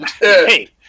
hey